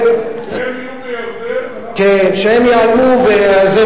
תשובה, שהם יהיו בירדן.